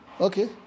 Okay